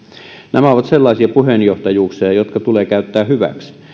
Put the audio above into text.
nämä ovat sellaisia puheenjohtajuuksia jotka tulee käyttää hyväksi